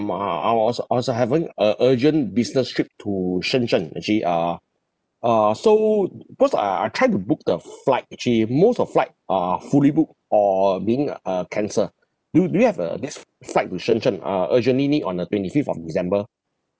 uh I'm also also having a urgent business trip to shenzhen actually uh uh so cause uh I tried to book the flight actually most of flight are fully booked or being uh uh cancel do do you have uh this f~ flight to shenzhen ah urgently need on the twenty fifth of december